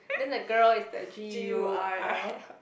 then the girl is the G_U_R_L